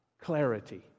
clarity